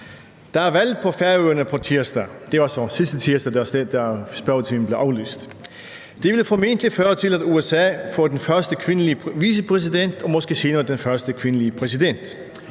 Der er valg i USA på tirsdag – det var så sidste tirsdag, da spørgetimen blev aflyst – og det vil formentlig føre til, at USA får den første kvindelige vicepræsident og måske senere den første kvindelige præsident.